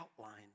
outline